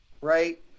right